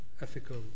ethical